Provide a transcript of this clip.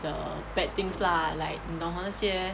the bad things lah like 你懂那些